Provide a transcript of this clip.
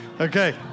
okay